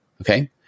Okay